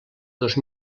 dos